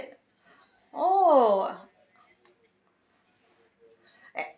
oh